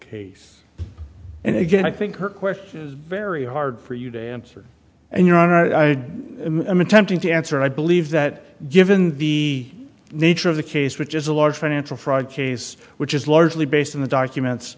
case and again i think her question is very hard for you to answer and your honor i am attempting to answer i believe that given the nature of the case which is a large financial fraud case which is largely based on the documents